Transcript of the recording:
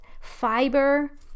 Fiber